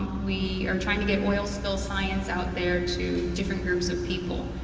we are trying to get oil spill science out there to different groups of people.